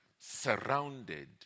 surrounded